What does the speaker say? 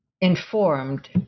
informed